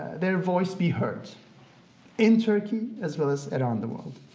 their voice be heard in turkey as well as around the world.